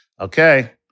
Okay